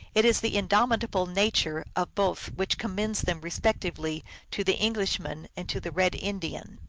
it is the indomitable nature of both which commends them respectively to the englishman and to the red indian.